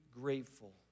grateful